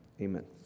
amen